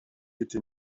été